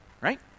right